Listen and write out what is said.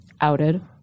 Outed